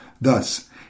Thus